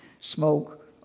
smoke